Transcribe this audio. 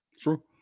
True